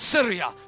Syria